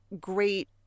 great